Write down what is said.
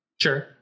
Sure